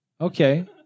Okay